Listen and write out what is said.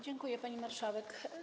Dziękuję, pani marszałek.